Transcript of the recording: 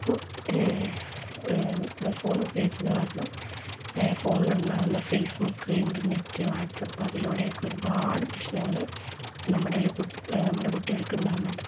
അപ്പോൾ ഫോണ് ഉപയോഗിക്കുന്ന കാരണം ഫോണിലുണ്ടാകുന്ന ഫേസ്ബുക് ഇൻറ്റർനെറ്റ് വാട്ട്സെപ്പ് അതിലൂടെ ഒക്കെ ഒരുപാട് പ്രശ്നങ്ങള് നമ്മുടെ കുട്ടികൾക്ക് ഉണ്ടാവുന്നുണ്ട്